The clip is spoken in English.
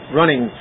running